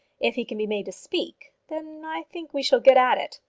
if he can be made to speak, then i think we shall get at it.